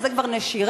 שזה כבר נשירה,